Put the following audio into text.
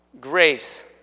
Grace